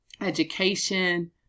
education